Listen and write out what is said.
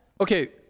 Okay